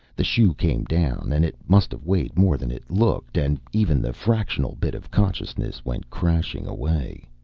the shoe came down, and it must have weighed more than it looked, and even the fractional bit of consciousness went crashing away.